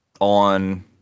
On